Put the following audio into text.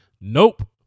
Nope